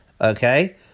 okay